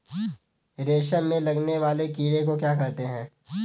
रेशम में लगने वाले कीड़े को क्या कहते हैं?